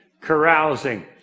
carousing